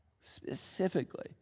specifically